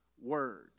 word